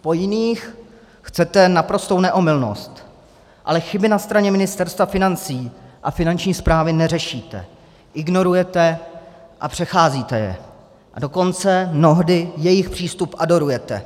Po jiných chcete naprostou neomylnost, ale chyby na straně Ministerstva financí a Finanční správy neřešíte, ignorujete a přecházíte je, a dokonce mnohdy jejich přístup adorujete.